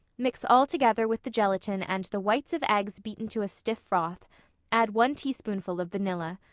mix all together with the gelatin and the whites of eggs beaten to a stiff froth add one teaspoonful of vanilla.